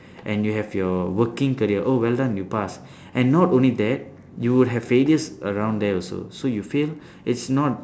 and you have your working career oh well done you pass and not only that you will have failures around there also so you fail it's not